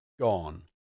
gone